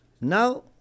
Now